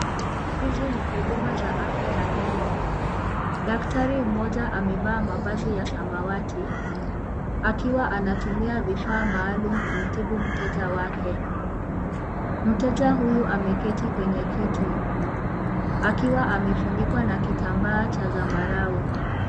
Hizi ni huduma za afya ya meno, daktari mmoja amevaa mavazi ya samawati akiwa anatumia vifaa maalum kutibu mteja wake. Mteja huyu ameketi kwenye kiti akiwa amefunikwa na kitambaa cha zambarau.